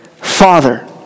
Father